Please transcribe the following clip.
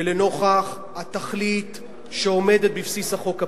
ולנוכח התכלית שעומדת בבסיס החוק הפלילי,